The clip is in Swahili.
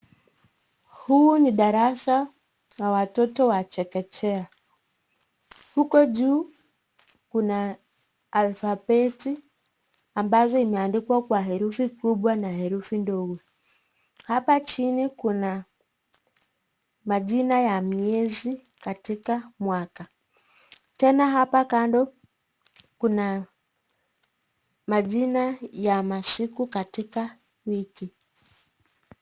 Huu ni darasa wa watoto wa chekechea huko juu kuna alphabeti ambazo imeandikwa kwa herufi kubwa na herufi ndogo. Hapa chini kuna majina ya miezi katika mwaka tena hapa kando kuna majina ya masiku katika wiki.